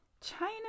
china